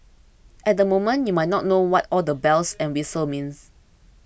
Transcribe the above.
at the moment you might not know what all the bells and whistles mean